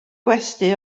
gwesty